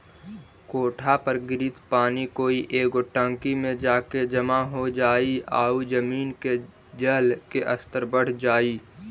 कोठा पर गिरित पानी कोई एगो टंकी में जाके जमा हो जाई आउ जमीन के जल के स्तर बढ़ जाई